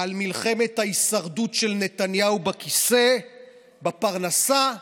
על מלחמת ההישרדות של נתניהו על הכיסא בפרנסה ובדם.